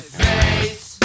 face